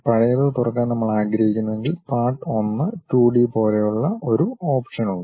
പഴയത് തുറക്കാൻ നമ്മൾ ആഗ്രഹിക്കുന്നുവെങ്കിൽ പാർട്ട് 1 2 ഡി പോലുള്ള ഒരു ഓപ്ഷൻ ഉണ്ട്